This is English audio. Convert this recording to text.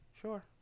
Sure